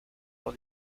lors